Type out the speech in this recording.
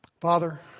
Father